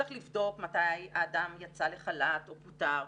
צריך לבדוק מתי האדם יצא לחל"ת או פוטר,